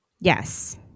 Yes